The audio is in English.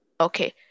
Okay